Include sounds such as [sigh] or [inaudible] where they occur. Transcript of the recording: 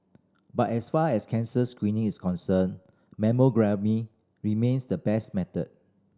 but as far as cancer screening is concerned [unintelligible] remains the best method